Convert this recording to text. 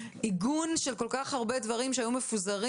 עיגון של כל כך הרבה דברים שהיו מפוזרים